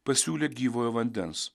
pasiūlė gyvojo vandens